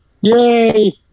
Yay